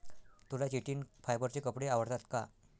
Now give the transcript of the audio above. तुला चिटिन फायबरचे कपडे आवडतात का?